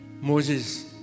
Moses